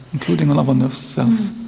including all of our nerve cells.